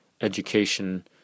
education